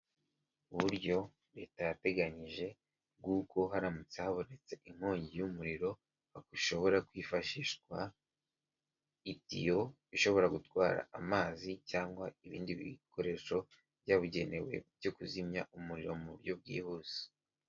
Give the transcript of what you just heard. Uburyo Leta yateganyije bw'uko haramutse habonetse inkongi y'umuriro, hashobora kwifashishwa itiyo ishobora gutwara amazi cyangwa ibindi bikoresho byabugenewe byo kuzimya umuriro mu buryo bwihuse.